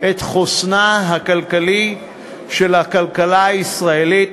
את חוסנה הכלכלי של הכלכלה הישראלית